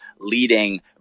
leading